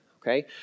okay